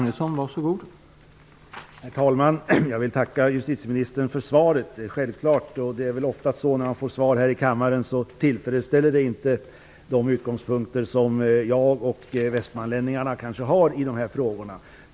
Herr talman! Jag vill tacka justitieministern för svaret. Det är självklart att det från min och västmanlänningarnas utgångspunkt i den här frågan inte är tillfredsställande - det är ofta så när man får svar här i kammaren.